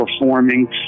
performing